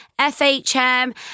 FHM